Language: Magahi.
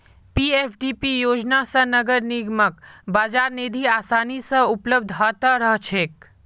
पीएफडीपी योजना स नगर निगमक बाजार निधि आसानी स उपलब्ध ह त रह छेक